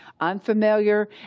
Unfamiliar